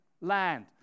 land